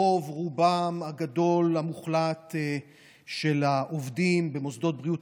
רוב-רובם הגדול והמוחלט של העובדים במוסדות בריאות